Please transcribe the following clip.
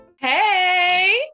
Hey